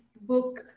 book